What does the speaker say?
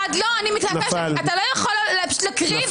אתה לא יכול פשוט להקריא,